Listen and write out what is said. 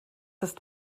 ist